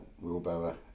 wheelbarrow